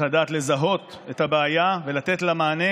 צריך לדעת לזהות את הבעיה ולתת לה מענה.